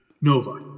Nova